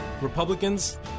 Republicans